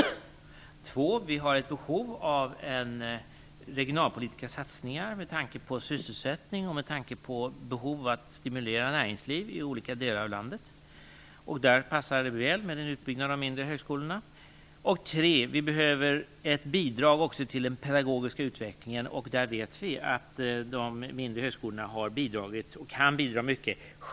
För det andra: Vi har ett behov av regionalpolitiska satsningar med tanke på sysselsättning och behov av att stimulera näringslivet i olika delar av landet. Därför passar det väl med en utbyggnad av de mindre högskolorna. För det tredje: Vi behöver ett bidrag också till den pedagogiska utvecklingen. Vi vet att de mindre högskolorna har bidragit och kan bidra till den.